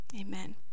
amen